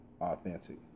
authentic